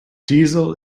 diesel